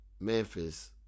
Memphis